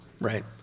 Right